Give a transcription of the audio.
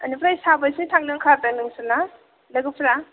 ओनिफ्राय साबोसे थांनो ओंखारदों नोंसोरना लोगोफ्रा